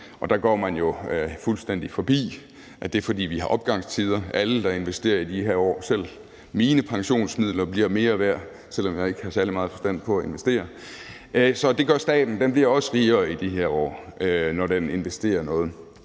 og der går man jo fuldstændig forbi, at det er, fordi vi har opgangstider. Det gælder alle, der investerer i de her år – selv mine pensionsmidler bliver mere værd, selv om jeg ikke har særlig meget forstand på at investere. Så det gør staten; den bliver også rigere i de her år, når den investerer noget.